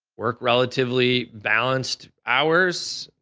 work relatively balanced hours,